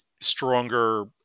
stronger